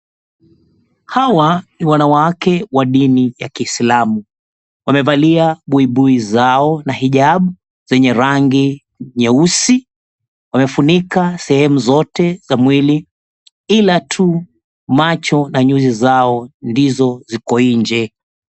Hawa ni wanawake wa dini ya kiislamu, wamevalia buibui zao na hijabu zenye rangi nyeusi, wamefunika sehemu zote za mwili, ila tuu macho na nyusi zao ndizo ziko nje.